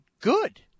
good